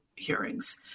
hearings